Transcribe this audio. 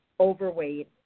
overweight